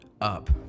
up